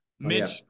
Mitch